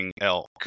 elk